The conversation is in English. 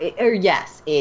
Yes